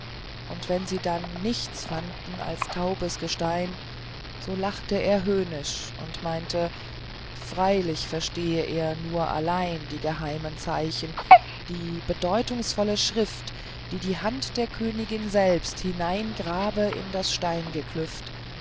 und wenn sie dann nichts fanden als taubes gestein so lachte er höhnisch und meinte freilich verstehe er nur allein die geheimen zeichen die bedeutungsvolle schrift die die hand der königin selbst hineingrabe in das